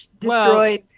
destroyed